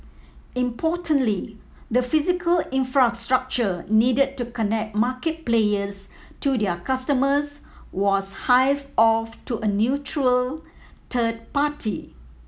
importantly the physical infrastructure needed to connect market players to their customers was hived off to a neutral third party